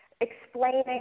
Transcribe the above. explaining